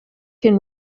can